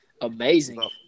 amazing